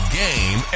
game